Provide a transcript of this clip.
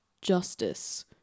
justice